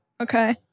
Okay